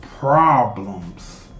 Problems